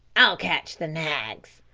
i'll catch the nags.